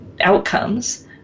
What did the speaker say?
outcomes